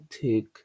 take